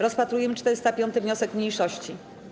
Rozpatrujemy 405. wniosek mniejszości.